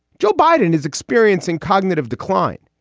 joe biden is experiencing cognitive decline.